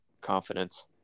confidence